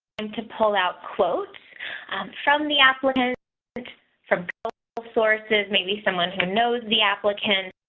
and to pull out quotes from the applicants from sources maybe someone who knows the applicant.